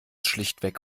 schlichtweg